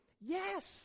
Yes